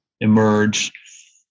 emerge